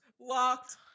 locked